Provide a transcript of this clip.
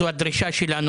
זו הדרישה שלנו,